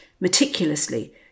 meticulously